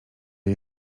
jej